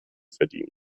verdienen